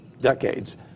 decades